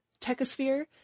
techosphere